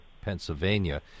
Pennsylvania